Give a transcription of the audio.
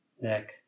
neck